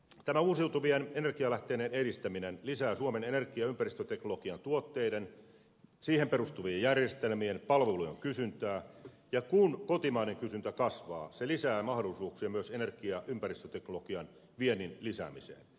tämä uusiutuvien energialähteiden edistäminen lisää suomen energia ja ympäristöteknologian tuotteiden tähän teknologiaan perustuvien järjestelmien palvelujen kysyntää ja kun kotimainen kysyntä kasvaa se lisää mahdollisuuksia myös energia ja ympäristöteknologian viennin lisäämiseen